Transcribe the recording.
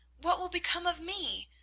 what will become of me?